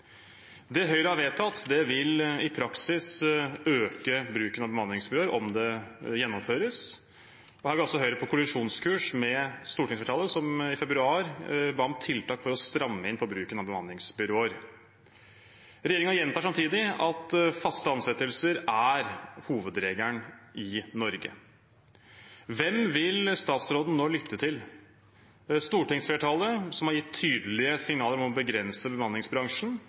om det gjennomføres. Her er altså Høyre på kollisjonskurs med stortingsflertallet, som i februar ba om tiltak for å stramme inn på bruken av bemanningsbyråer. Regjeringen gjentar samtidig at fast ansettelse er hovedregelen i Norge. Hvem vil statsråden nå lytte til – stortingsflertallet, som har gitt tydelige signaler om å begrense bemanningsbransjen,